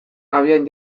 abian